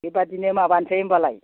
बेबायदिनो माबानोसै होनबालाय